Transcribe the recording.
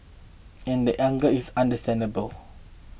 and that anger is understandable